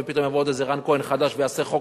ופתאום יגיע עוד איזה רן כהן חדש ויעשה חוק